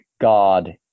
God